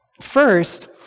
First